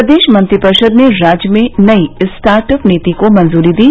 प्रदेश मंत्रिपरिषद ने राज्य में नई स्टार्ट अप नीति को मंजूरी दी